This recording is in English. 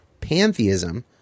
Pantheism